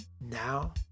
now